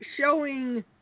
showing